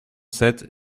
sept